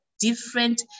different